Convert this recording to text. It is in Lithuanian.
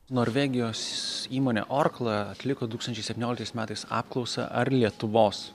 norvegijos įmonė orkla atliko du tūkstančiai septynioliktais metais apklausą ar lietuvos